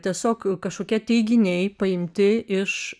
tiesiog kažkokie teiginiai paimti iš